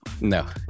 no